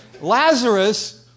Lazarus